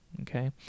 okay